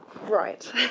Right